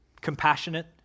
compassionate